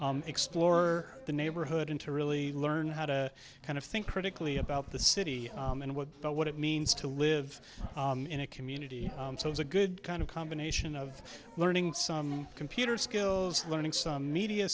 explore the neighborhood and to really learn how to kind of think critically about the city and what about what it means to live in a community so it's a good kind of combination of learning some computer skills learning some media